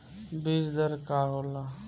बीज दर का होला?